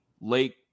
Lake